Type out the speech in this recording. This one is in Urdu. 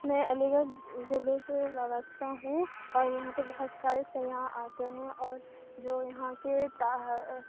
میں علی گرھ ضلعے سے وابستہ ہوں اور یہاں پہ بہت سارے سیاح آتے ہیں اور جو یہاں کے تاہ